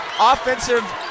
offensive